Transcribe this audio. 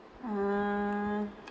ah